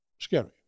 scary